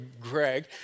Greg